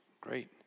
great